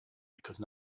because